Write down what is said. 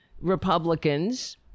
Republicans